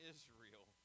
Israel